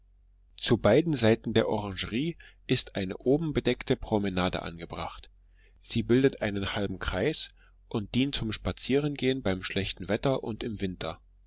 zu beiden seiten der orangerie ist eine oben bedeckte promenade angebracht sie bildet einen halben kreis und dient zum spazierengehen bei schlechtem wetter und im winter